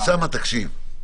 שיירשמו.